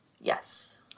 Yes